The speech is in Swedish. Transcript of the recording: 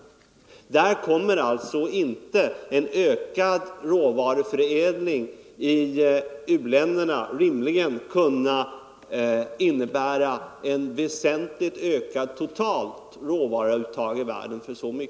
Vad gäller dessa kommer följaktligen inte en ökad råvaruförädling i u-länderna rimligen att kunna innebära ett väsentligt ökat totalt råvaruuttag i världen.